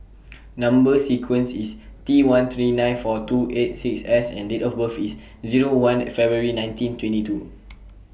Number sequence IS T one three nine four two eight six S and Date of birth IS Zero one February nineteen twenty two